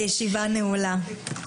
הישיבה נעולה.